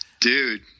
dude